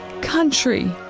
country